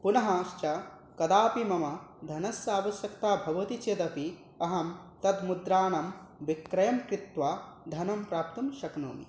पुनश्च कदापि मम धनस्य आवश्यकता भवति चेदपि अहं तत् मुद्राणां विक्रयणङ्कृत्वा धनं प्राप्तुं शक्नोमि